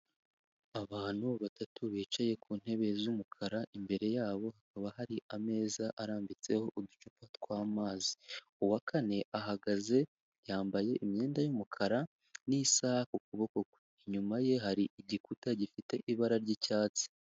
Abantu batatu bicaye ku ntebe z'umukara, imbere yabo hakaba hari ameza arambitseho uducupa tw'amazi. Uwa kane ahagaze, yambaye imyenda y'umukara n'isaha ku kuboko kwe. Inyuma ye hari igikuta gifite ibara ry'icyatsi.